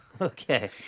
Okay